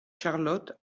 charlotte